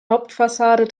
hauptfassade